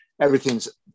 everything's